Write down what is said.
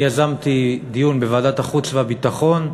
אני יזמתי דיון בוועדת החוץ והביטחון,